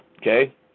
okay